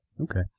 Okay